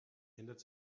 ändert